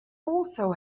also